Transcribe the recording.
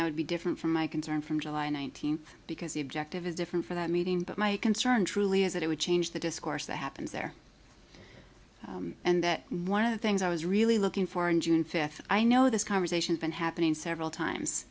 that would be different from my concern from july nineteenth because the objective is different for that meeting but my concern truly is that it would change the discourse that happens there and that one of the things i was really looking for in june fifth i know this conversation been happening several times